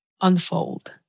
unfold